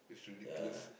ya